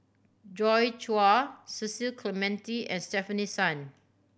Joi Chua Cecil Clementi and Stefanie Sun